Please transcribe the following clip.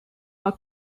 are